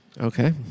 Okay